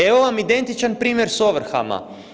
Evo vam identičan primjer s ovrhama.